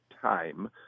time